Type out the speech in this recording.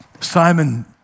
Simon